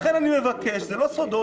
לכן זה לא סוד,